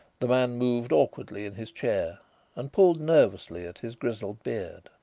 the man moved awkwardly in his chair and pulled nervously at his grizzled beard.